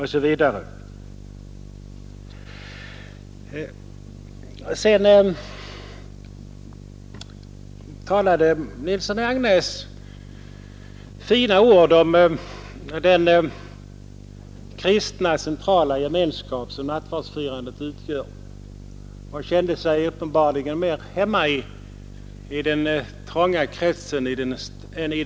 Herr Nilsson i Agnäs anförde finstämda ord om den centrala kristna gemenskap som nattvardsfirandet utgör, och han känner sig uppenbarligen mer hemma i den trängre kretsen än i den stora vida.